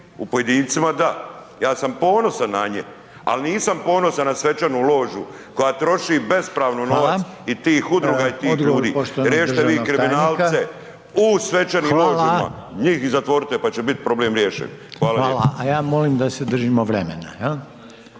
U pojedincima da. Ja sam ponosan na nje, ali nisam ponosan na svečanu ložu koja troši bespravno novac i tih udruga i tih ljudi. … /Govornici govore u isto vrijeme./ … njih zatvorite pa će biti problem riješen. Hvala lijepo. **Reiner,